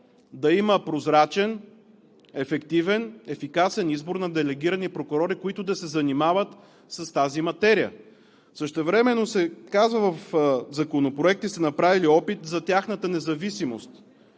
да има прозрачен, ефективен, ефикасен избор на делегирани прокурори, които да се занимават с тази материя. Същевременно се казва в Законопроекта – и сте направили опит, за тяхната независимост,